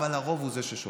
אבל הרוב הוא זה ששולט.